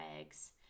eggs